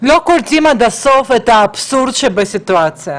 לא קולטים עד הסוף את האבסורד שבסיטואציה.